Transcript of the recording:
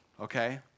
okay